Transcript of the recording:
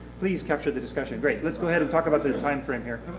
please capture the discussion. great. let's go ahead and talk about the time frame here.